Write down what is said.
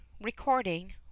Recording